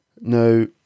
Now